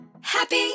Happy